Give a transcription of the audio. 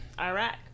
iraq